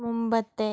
മുൻപത്തെ